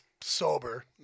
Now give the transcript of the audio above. sober